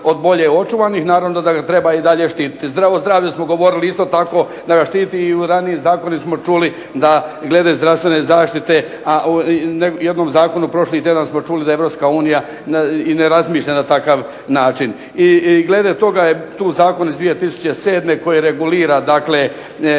od bolje očuvanih. Naravno da ga treba i dalje štititi. Za ovo zdravlje smo govorili isto tako da ga štiti i u ranijim zakoni smo čuli da glede zdravstvene zaštite, a u jednom zakonu prošli tjedan smo čuli da EU i ne razmišlja na takav način. I glede toga je zakon iz 2007. koji regulira